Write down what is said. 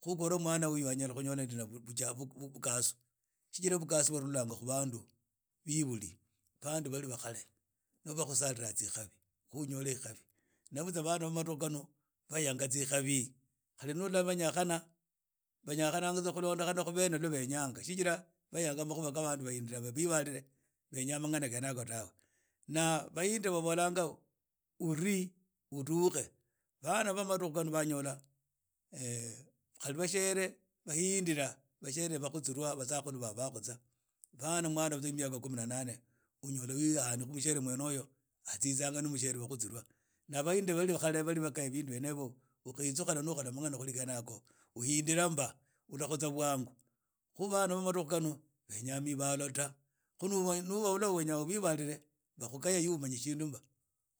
Khu ubole mwana uno onyala khunyola ndina vugasu chijira bugasu bwarhula khu bandu bebuli bandu bali ba khale nib o ba khusalila tsikhabi khu unyole ekhabi na butsa bana ba madukhu khano bhayanga tsikhabi khali no ola babyakhana banyakhana tsa khu lwa bene benyanaga shigira bayakha makhuwa kha bandu bahindira benya mangana gene ago tawe na bahindira babolanga uli udukhe ban aba madukhu khano kahli banyola bashieer bahindira bakhutsurwa ba basakhulu bakhutsa bana be miaka tsa kumi na nane unyola mwana ahande khu mushiere wene oyo atsitsa no mushiere wene oyo na bahindira bari ba khare bwetsukhana na khola mnagana khuli khene yakho uhindira mba ula khutsa bwangu. Khu ban aba madukhu khano benya mibalo ta bahula wenya ubibale bakhulhya ewe umanyi shindu mba